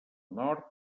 nord